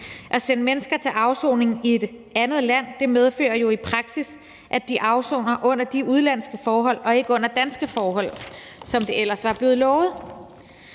At sende mennesker til afsoning i et andet land medfører jo i praksis, at de afsoner under de udenlandske forhold og ikke under danske forhold, som det ellers var blevet lovet.